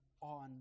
on